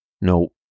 No